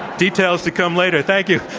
details to come later. thank you.